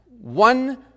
one